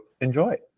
enjoy